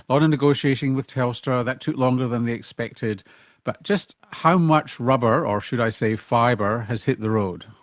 lot of negotiating with telstra that took longer than they expected but just how much rubber, or should i say fibre, has hit the road?